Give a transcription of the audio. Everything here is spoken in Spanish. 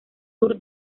sur